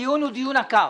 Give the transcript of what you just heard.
הדיון הוא דיון עקר.